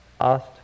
asked